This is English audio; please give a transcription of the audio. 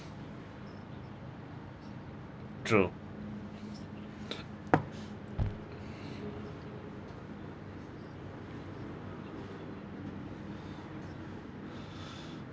true